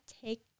take